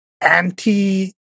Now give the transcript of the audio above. anti